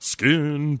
Skin